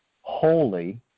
holy